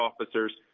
officers